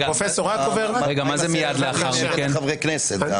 אז גם ניתן לחברי הכנסת.